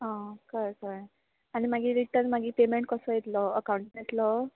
आं कळ्ळें कळ्ळें आनी मागीर रिटन मागीर पेमॅण कसो येत्लो अकावंटान येत्लो